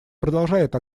продолжает